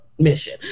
Mission